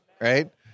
right